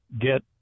get